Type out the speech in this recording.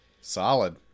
Solid